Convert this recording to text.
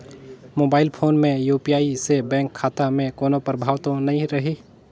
Mobile phone मे UPI से bank खाता मे कोनो प्रभाव तो नइ रही?